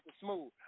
Smooth